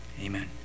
Amen